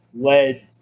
led